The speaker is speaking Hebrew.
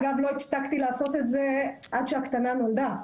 אגב לא הפסקתי לעשות את זה עד שהילדה הקטנה נולדה,